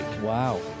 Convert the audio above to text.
Wow